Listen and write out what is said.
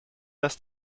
das